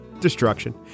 destruction